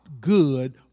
good